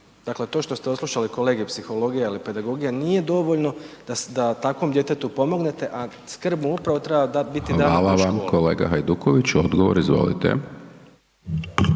Dakle, to što ste odslušali kolegij psihologija ili pedagogija nije dovoljno da takvom djetetu pomognete, a skrb mu upravo treba dat, …/Upadica: Hvala vam…/… biti dana u toj školi.